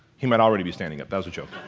he might already be standing up, that as a joke.